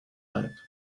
back